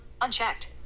unchecked